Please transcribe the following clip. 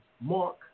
Mark